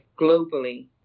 globally